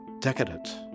decadent